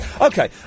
Okay